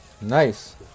Nice